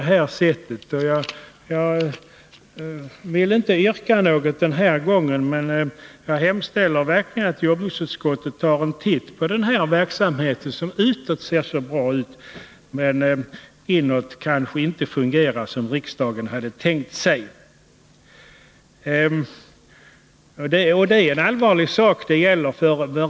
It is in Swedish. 107 Jag har denna gång inte något yrkande, men jag hemställer verkligen att jordbruksutskottet tar en titt på denna verksamhet, som utåt ser så bra ut men som inåt kanske inte fungerar som riksdagen hade tänkt sig. Det är en allvarlig sak det gäller.